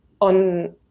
On